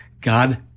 God